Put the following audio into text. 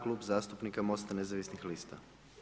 Klub zastupnika MOST-a nezavisnih lista.